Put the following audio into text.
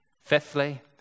Fifthly